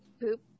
poop